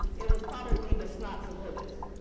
it was probably the snots and boogers,